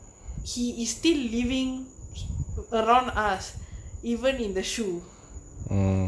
he still living around us even in the shoe